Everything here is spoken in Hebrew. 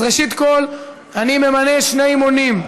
אז ראשית, אני ממנה שני מונים.